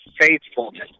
faithfulness